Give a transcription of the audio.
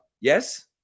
Yes